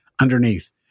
underneath